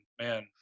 man